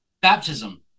Baptism